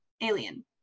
alien